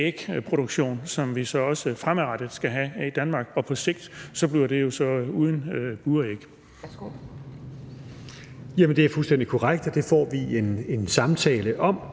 ægproduktion, som vi også fremadrettet skal have i Danmark, og på sigt bliver det jo så uden buræg.